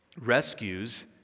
rescues